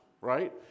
right